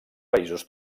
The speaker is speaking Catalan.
països